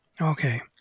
Okay